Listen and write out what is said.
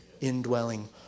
indwelling